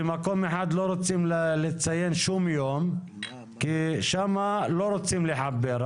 במקום אחד לא רוצים לציין שום יום כי שם לא רוצים לחבר.